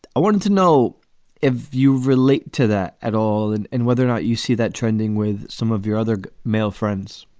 i wanted to know if you relate to that at all and and whether or not you see that trending with some of your other male friends